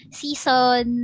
season